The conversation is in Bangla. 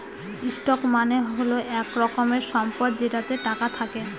স্টক মানে হল এক রকমের সম্পদ যেটাতে টাকা থাকে